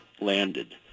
landed